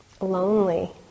lonely